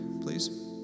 please